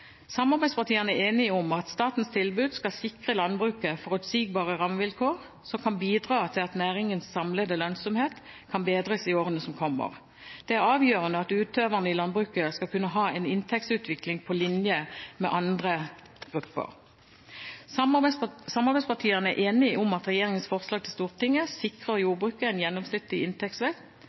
Samarbeidspartiene er enige om at statens tilbud skal sikre landbruket forutsigbare rammevilkår som kan bidra til at næringens samlede lønnsomhet kan bedres i årene som kommer. Det er avgjørende at utøverne i landbruket skal kunne ha en inntektsutvikling på linje med andre grupper. Samarbeidspartiene er enige om at regjeringens forslag til Stortinget sikrer jordbruket en gjennomsnittlig inntektsvekst